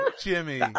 Jimmy